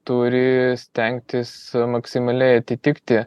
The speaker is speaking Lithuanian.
turi stengtis maksimaliai atitikti